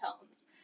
tones